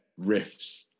riffs